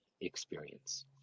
experience